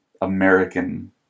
American